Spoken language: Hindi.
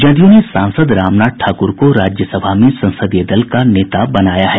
जदयू ने सांसद रामनाथ ठाकूर को राज्यसभा में संसदीय दल का नेता बनाया है